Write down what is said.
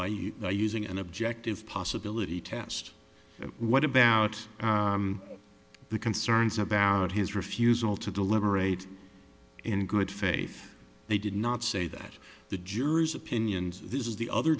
by using an objective possibility test and what about the concerns about his refusal to deliberate in good faith they did not say that the jury's opinions this is the other